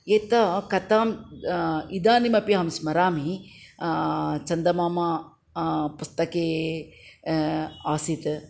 एतां कथाम् इदानीमपि अहं स्मरामि चन्दमामा पुस्तके आसीत्